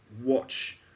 watch